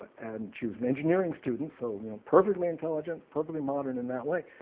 and she was an engineering student, so you know perfectly intelligent, perfectly modern in that way,